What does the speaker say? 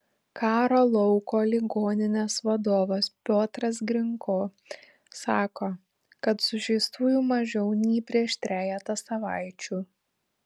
karo lauko ligoninės vadovas piotras grinko sako kad sužeistųjų mažiau nei prieš trejetą savaičių